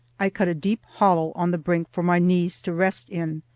i cut a deep hollow on the brink for my knees to rest in.